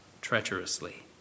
treacherously